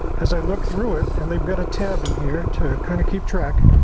as i look through it. and they've got a tab in here to kind of keep track,